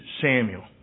Samuel